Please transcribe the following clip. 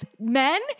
men